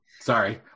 Sorry